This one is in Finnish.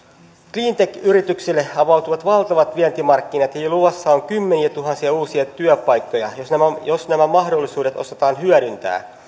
cleantech yrityksille avautuvat valtavat vientimarkkinat eli luvassa on kymmeniätuhansia uusia työpaikkoja jos nämä mahdollisuudet osataan hyödyntää